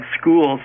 schools